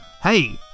Hey